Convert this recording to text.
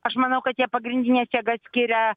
aš manau kad jie pagrindines jėgas skiria